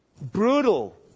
Brutal